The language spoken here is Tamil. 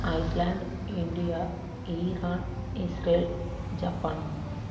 island India Iran Israel Japan